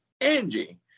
Angie